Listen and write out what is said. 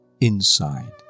Inside